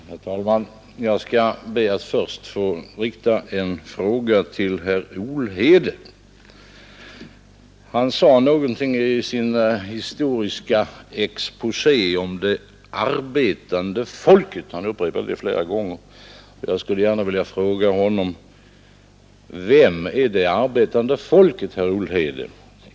Herr talman! Jag skall be att först få rikta en fråga till herr Olhede. Han sade i sin historiska exposé något om det arbetande folket. Han upprepade det flera gånger. Jag skulle gärna vilja fråga honom: Vem är det arbetande folket, herr Olhede?